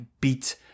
beat